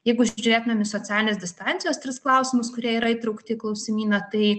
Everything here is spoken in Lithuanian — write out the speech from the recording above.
jeigu žiūrėtumėm į socialinės distancijos tris klausimus kurie yra įtraukti į klausimyną tai